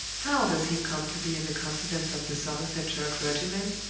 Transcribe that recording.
how does he come to be in the confidence of the somersetshire clergyman?